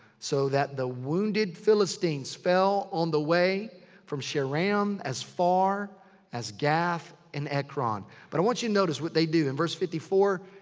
so that the wounded philistines fell on the way from shaaraim um as far as gath and ekron but i want you to notice what they do in verse fifty four.